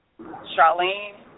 Charlene